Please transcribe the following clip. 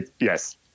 Yes